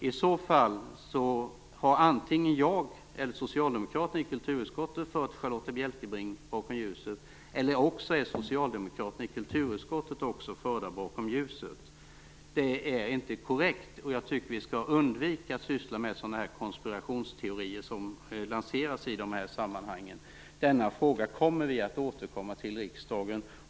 I så fall har antingen jag eller socialdemokraterna i kulturutskottet fört Charlotta L Bjälkebring bakom ljuset eller också är socialdemokraterna i kulturutskottet också förda bakom ljuset. Det är inte korrekt och jag tycker att vi skall undvika att syssla med sådana här konspirationsteorier som lanseras i de här sammanhangen. Denna fråga kommer vi att återkomma till i riksdagen.